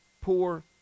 poor